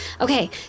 okay